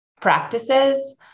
practices